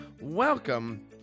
Welcome